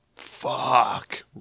fuck